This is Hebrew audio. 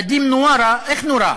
נדים נווארה, איך נורה?